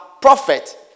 prophet